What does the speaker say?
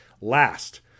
Last